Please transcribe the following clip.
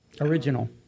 original